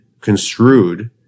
construed